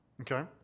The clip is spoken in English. Okay